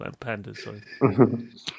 Pandas